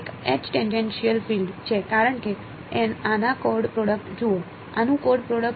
તે એક H tangential field છે કારણ કે આના ડોટ પ્રોડક્ટ જુઓ આનું ડોટ પ્રોડક્ટ શું છે